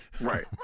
Right